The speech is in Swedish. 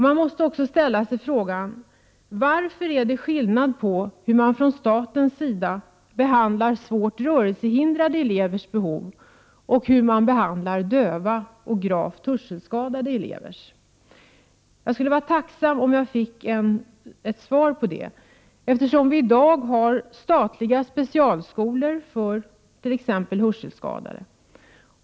Man måste också ställa sig frågan: Varför är det skillnad på hur man från statens sida behandlar svårt rörelsehindrade elevers behov och döva och gravt hörselskadade elevers behov? Jag skulle vara tacksam om jag fick ett svar på den frågan. Det finns i dag statliga specialskolor för t.ex. hörselskadade.